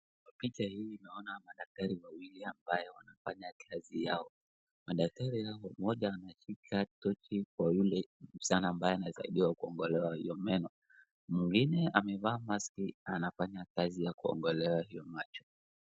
Kwa picha hii naona madaktari wawili ambao wanafanya kazi yao. Madaktari hao mmoja ameshika tochi kwa yule msichana anasaidiwa kung'olewa hiyo meno. Mwingine amevaa maski anafanya kazi ya kuondolewa hiyo macho.